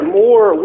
more